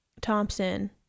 Thompson